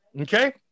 Okay